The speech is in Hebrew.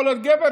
יכול להיות גבר,